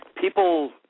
people